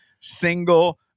single